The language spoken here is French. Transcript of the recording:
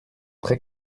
très